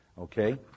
Okay